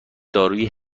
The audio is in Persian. دارویی